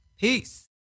Peace